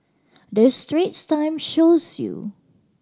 the Straits Times shows you